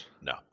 No